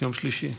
יום שלישי.